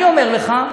אני אומר לך,